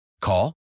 Call